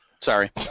Sorry